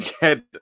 get